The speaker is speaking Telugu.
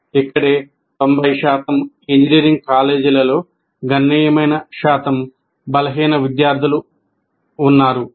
ఇక్కడే 90 ఇంజనీరింగ్ కాలేజీలలో గణనీయమైన శాతం బలహీన విద్యార్థులు ఉన్నారు